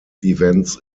events